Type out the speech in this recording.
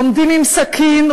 עומדים עם סכין,